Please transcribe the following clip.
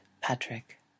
Patrick